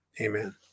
Amen